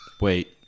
Wait